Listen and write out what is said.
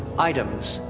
items,